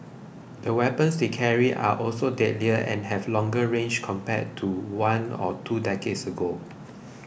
the weapons they carry are also deadlier and have longer range compared to one or two decades ago